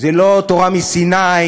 זו לא תורה מסיני,